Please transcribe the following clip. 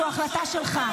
זו החלטה שלך.